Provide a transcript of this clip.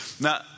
Now